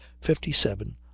fifty-seven